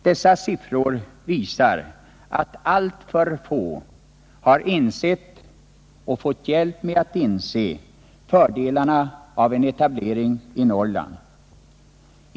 Dessa siffror visar att alltför få har insett — och fått hjälp med att inse — fördelarna av en etablering i Norrland.